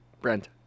Brent